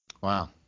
Wow